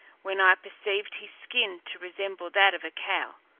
when i perceived his skin to resemble that of a cow.